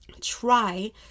try